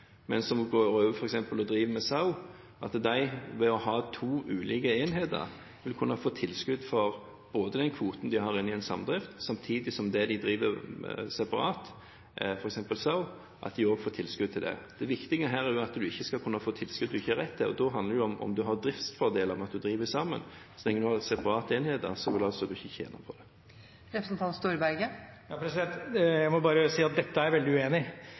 over til f.eks. å drive med sau. Ved å ha to ulike enheter vil de kunne få tilskudd for den kvoten de har i en samdrift, samtidig som de også får tilskudd til det de driver med separat, f.eks. sau. Det viktige her er at man ikke skal kunne få tilskudd man ikke har rett til, og da handler det om hvorvidt man har driftsfordeler ved at man driver sammen med noen. Så lenge man har separate enheter, vil man altså ikke tjene på det. Jeg må bare si at dette er jeg veldig uenig